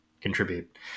contribute